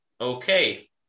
Okay